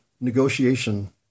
negotiation